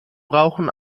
brauchen